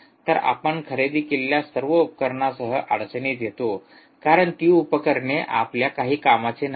तर आपण खरेदी केलेल्या सर्व उपकरणासह अडचणीत येतो कारण ती उपकरणे आपल्या काही कामाचे नाहीत